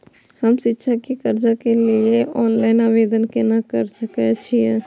हम शिक्षा के कर्जा के लिय ऑनलाइन आवेदन केना कर सकल छियै?